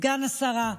סגן השרה,